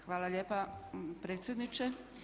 Hvala lijepa predsjedniče.